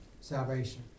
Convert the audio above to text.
salvation